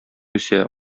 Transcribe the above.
үсә